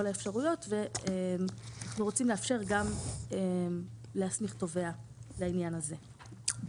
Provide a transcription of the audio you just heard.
האפשרויות ורוצים לאפשר גם להסמיך תובע לעניין הזה.